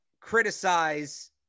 criticize